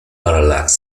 parallax